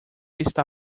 está